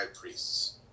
priests